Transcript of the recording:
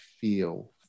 feel